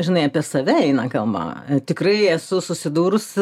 žinai apie save eina kalba tikrai esu susidūrus